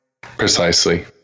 Precisely